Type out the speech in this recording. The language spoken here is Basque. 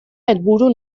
helburu